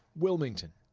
wilmington.